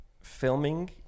filming